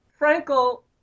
Frankel